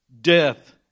death